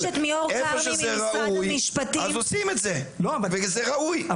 איפה שזה ראוי, אז עושים את זה, וזה ראוי.